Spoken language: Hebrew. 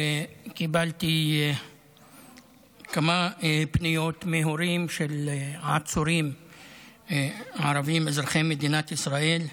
קיבלתי כמה פניות מהורים של עצורים ערבים אזרחי מדינת ישראל,